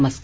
नमस्कार